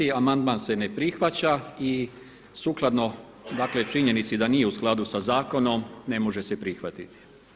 Amandman se ne prihvaća i sukladno dakle činjenici da nije u skladu sa zakonom ne može se prihvatiti.